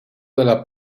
della